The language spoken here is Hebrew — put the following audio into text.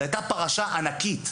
זו היתה פרשה ענקית.